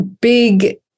big